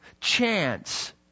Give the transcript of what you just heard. Chance